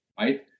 right